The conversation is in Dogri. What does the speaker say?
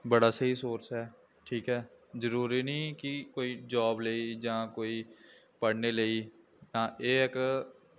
बड़ा स्हेई सोर्स ऐ ठीक ऐ जरूरी नेईं कि कोई जाब लेई जां कोई पढ़ने लेई हां एह् ऐ कि